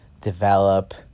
develop